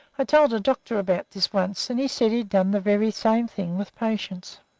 i told a doctor about this once, and he said he'd done the very same thing with patients.